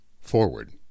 Forward